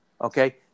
Okay